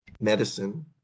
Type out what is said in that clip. medicine